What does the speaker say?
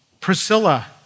Priscilla